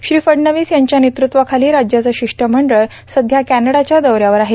श्री फडणवीस यांच्या नेतृत्वाखाली राज्याचं शिष्टमंडळ सध्या कॅनडाच्या दौऱ्यावर आहे